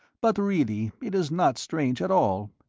but really it is not strange at all.